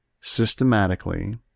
systematically